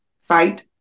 fight